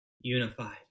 unified